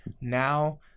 Now